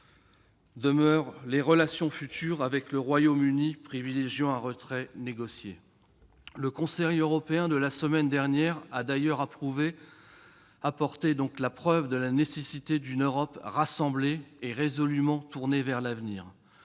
demeure les relations futures avec le Royaume-Uni ; c'est pourquoi il faut privilégier un retrait négocié. Le Conseil européen de la semaine dernière a d'ailleurs apporté la preuve de la nécessité d'une Europe rassemblée et résolument tournée vers l'avenir.